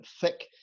thick